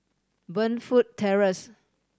Burnfoot Terrace